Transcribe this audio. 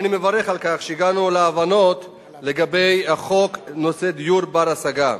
ואני מברך על כך שהגענו להבנות לגבי החוק בנושא דיור בר-השגה.